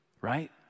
right